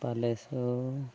ᱛᱟᱞᱮᱹ ᱥᱚ